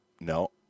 No